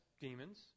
demons